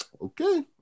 Okay